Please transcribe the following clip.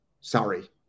Sorry